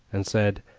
and said,